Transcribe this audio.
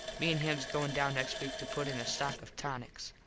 me an hims goin down next week to put in a stock of tonics.